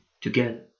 together